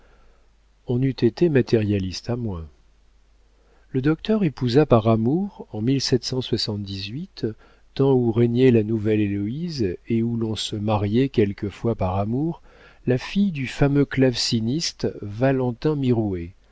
on eût été matérialiste à moins le docteur épousa par amour en tant où régnait la nouvelle-héloïse et où l'on se mariait quelquefois par amour la fille du fameux claveciniste valentin